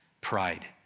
pride